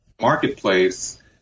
marketplace